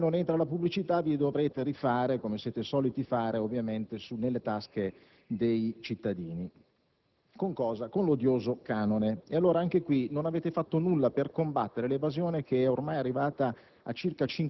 Se in RAI non entra la pubblicità, vi dovrete rifare - come siete soliti, ovviamente - sulle tasche dei cittadini. Con cosa? Con l'odioso canone. E allora, anche qui, non avete fatto nulla per combattere l'evasione, ormai arrivata